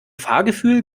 fahrgefühl